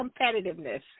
competitiveness